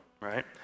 right